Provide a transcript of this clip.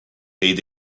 then